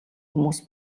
хүмүүс